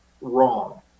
wrong